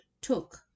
took